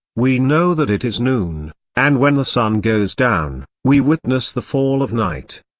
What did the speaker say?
we know that it is noon, and when the sun goes down, we witness the fall of night.